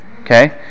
Okay